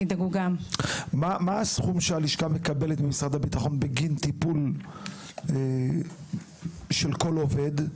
מה הסכום שהלשכה מקבלת ממשרד הביטחון בגין טיפול של כל עובד?